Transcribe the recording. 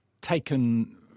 taken